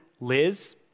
Liz